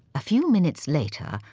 a few minutes later,